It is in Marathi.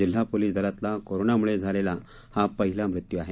जिल्हा पोलीस दलातला कोरोनामुळे झालेला हा पहिला मृत्यू आहे